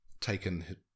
taken